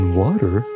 water